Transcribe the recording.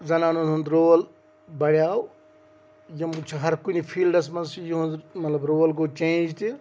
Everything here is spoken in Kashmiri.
زنانَن ہُنٛد رول بَڈیٛو یِم چھِ ہرکُنہِ فیٖلڈَس منٛز چھِ یِہُنٛد مطلب رول گوٚو چینٛج تہِ